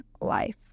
life